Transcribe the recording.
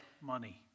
money